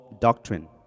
doctrine